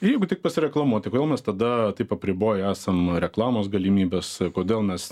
jeigu tik pasireklamuot tai kodėl mes tada taip apriboję esam reklamos galimybes kodėl mes